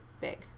big